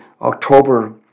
October